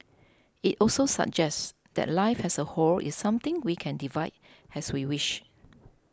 it also suggests that life as a whole is something we can divide as we wish